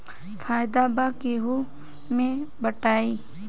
फायदा सब केहू मे बटाई